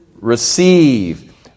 Receive